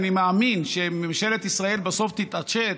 אני מאמין שממשלת ישראל בסוף תתעשת,